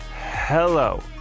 hello